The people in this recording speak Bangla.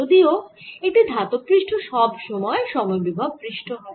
যদিও একটি ধাতব পৃষ্ঠ সব সময় সম বিভব পৃষ্ঠ হয়